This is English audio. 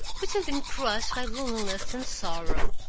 which had been crushed by loneliness and sorrow.